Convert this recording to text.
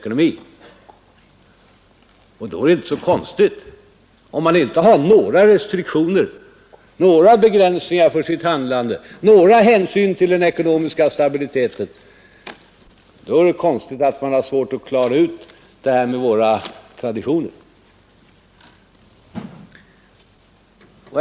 Och om man inte har några begränsningar för sitt handlande och om man inte tar någon hänsyn till den ekonomiska stabiliteten, är det inte så konstigt att man har svårt att klara ut det här med våra traditioner.